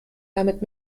damit